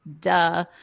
duh